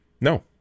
No